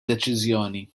deċiżjoni